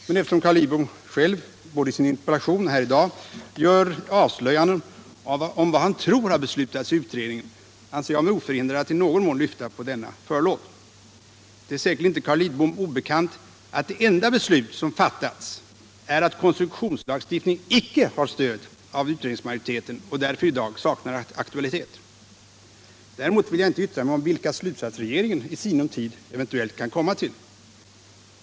Men eftersom Carl Lidbom själv, både i sin interpellation och här i dag, gör avslöjanden om vad han tror har beslutats i utredningen, anser jag mig oförhindrad att i någon mån lyfta på förlåten. Det är säkerligen inte Carl Lidbom obekant att det enda beslut som fattats är att koncessionslagstiftning icke har stöd av utredningsmajoriteten och därför i dag saknar aktualitet. Däremot vill jag inte yttra mig om vilka slutsatser regeringen i sinom tid eventuellt kan komma till.